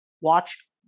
Watch